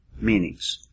meanings